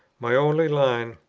my only line,